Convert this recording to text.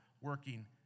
working